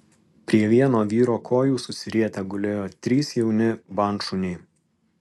prie vieno vyro kojų susirietę gulėjo trys jauni bandšuniai